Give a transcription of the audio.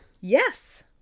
Yes